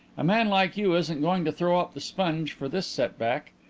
a man like you isn't going to throw up the sponge for this set-back.